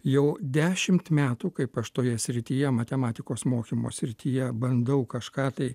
jau dešimt metų kaip aš toje srityje matematikos mokymo srityje bandau kažką tai